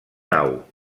nau